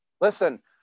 listen